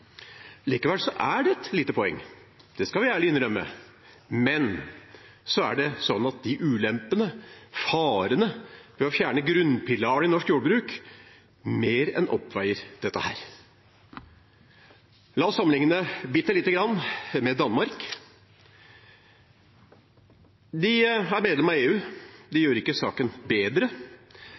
Likevel er det et lite poeng, det skal vi ærlig innrømme, men ulempene, farene ved å fjerne grunnpilaren i norsk jordbruk, mer enn oppveier dette. La oss sammenligne bitte lite grann med Danmark. De er medlem av EU. Det gjør ikke saken bedre,